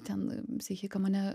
ten psichika mane